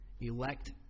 Elect